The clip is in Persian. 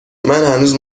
هنوز